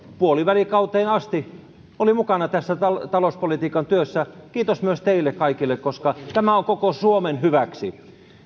puolivälikauteen asti oli mukana tässä talouspolitiikan työssä kiitos myös teille kaikille koska tämä on koko suomen hyväksi